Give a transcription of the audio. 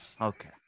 Okay